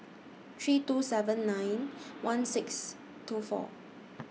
three two seven nine one six two four